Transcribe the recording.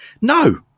No